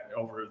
over